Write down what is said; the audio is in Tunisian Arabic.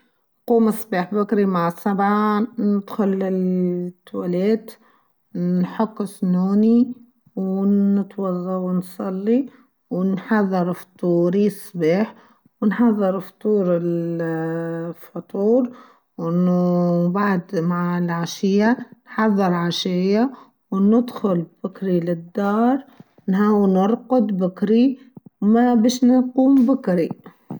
قوم صباح باكري مع سبعه نتخل تواليت نحك سنوني و تتوضى و نصلي و نحضر فطوري صباح و نحظر فطور ااااا فطور و بعد مع العشيه حضر عشايا و ندخل بكري للدار نحاول نرقد بكري ما بيش نقوم بكري.